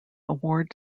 award